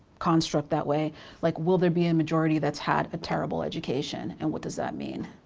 construct that way like will there be a majority that's had a terrible education and what does that mean?